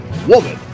woman